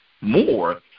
more